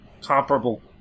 comparable